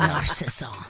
Narcissa